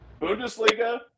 bundesliga